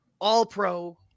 all-pro